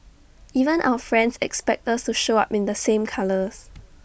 even our friends expect us to show up in the same colours